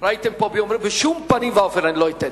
ראיתם פה ביום, בשום פנים ואופן אני לא אתן.